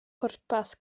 pwrpas